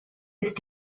ist